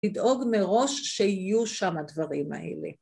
‫לדאוג מראש שיהיו שם הדברים האלה.